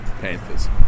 Panthers